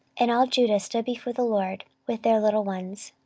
and all judah stood before the lord, with their little ones,